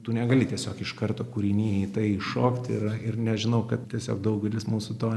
tu negali tiesiog iš karto kūriny į tai įšokti ir ir nežinau kad tiesiog daugelis mūsų to